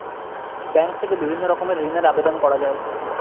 bank থেকে বিভিন্ন রকমের ঋণের আবেদন করা যায়